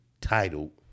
title